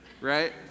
right